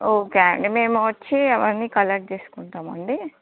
okay అండి మేమొచ్చి అవన్నీ కలెక్ట్ చేసుకుంటామండి